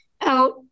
out